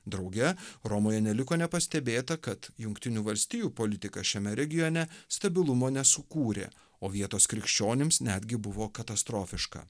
drauge romoje neliko nepastebėta kad jungtinių valstijų politika šiame regione stabilumo nesukūrė o vietos krikščionims netgi buvo katastrofiška